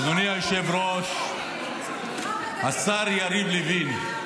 אדוני היושב-ראש, השר יריב לוין,